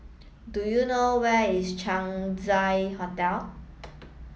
do you know where is Chang Ziang Hotel